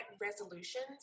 resolutions